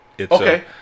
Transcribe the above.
Okay